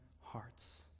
hearts